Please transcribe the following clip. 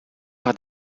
par